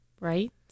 Right